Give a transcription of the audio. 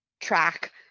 track